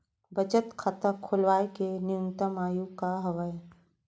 बचत खाता खोलवाय के न्यूनतम आयु का हवे?